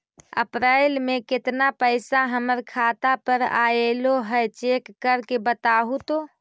अप्रैल में केतना पैसा हमर खाता पर अएलो है चेक कर के बताहू तो?